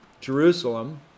Jerusalem